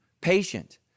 patient